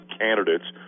candidates